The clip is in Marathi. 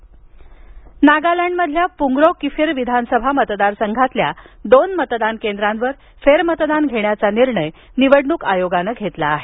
कोहिमा फेरमतदान नागालँडमधील पुंग्रो किफिर विधानसभा मतदार संघातल्या दोन मतदान केंद्रांवर फेर मतदान घेण्याचा निर्णय निवडणूक आयोगानं घेतला आहे